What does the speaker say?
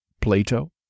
Plato